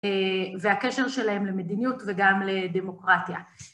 והקשר שלהם למדיניות וגם לדמוקרטיה.